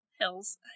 Hills